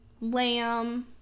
lamb